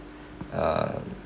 um